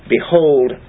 Behold